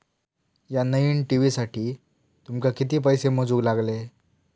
या नईन टी.व्ही साठी तुमका किती पैसे मोजूक लागले?